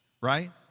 right